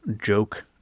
joke